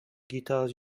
guitars